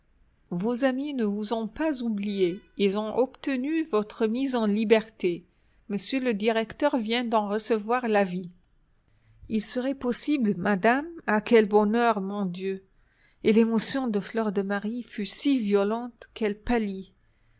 vos amis ne vous ont pas oubliée ils ont obtenu votre mise en liberté m le directeur vient d'en recevoir l'avis il serait possible madame ah quel bonheur mon dieu et l'émotion de fleur de marie fut si violente qu'elle pâlit